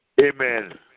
Amen